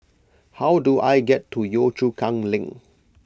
how do I get to Yio Chu Kang Link